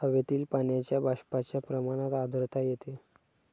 हवेतील पाण्याच्या बाष्पाच्या प्रमाणात आर्द्रता येते